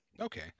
Okay